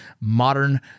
Modern